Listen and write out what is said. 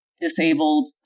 disabled